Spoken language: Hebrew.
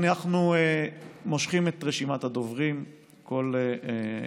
אנחנו מושכים את רשימת הדוברים, כל הסיעות.